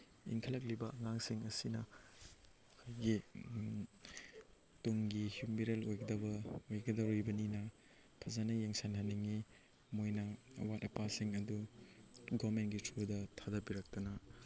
ꯏꯟꯈꯠꯂꯛꯂꯤꯕ ꯑꯉꯥꯡꯁꯤꯡ ꯑꯁꯤꯅ ꯑꯩꯈꯣꯏꯒꯤ ꯇꯨꯡꯒꯤ ꯌꯨꯝꯕꯤꯔꯦꯜ ꯑꯣꯏꯒꯗꯕ ꯑꯣꯏꯒꯗꯧꯔꯤꯕꯅꯤꯅ ꯐꯖꯅ ꯌꯦꯡꯁꯤꯟꯍꯟꯅꯤꯡꯉꯤ ꯃꯣꯏꯅ ꯑꯋꯥꯠ ꯑꯄꯥꯁꯤꯡ ꯑꯗꯨ ꯒꯣꯔꯃꯦꯟꯒꯤ ꯊ꯭ꯔꯨꯗ ꯊꯥꯗꯕꯤꯔꯛꯇꯅ